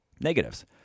Negatives